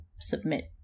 submit